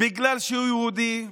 בגלל שהוא יהודי?